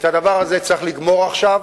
את הדבר הזה צריך לגמור עכשיו.